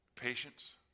patience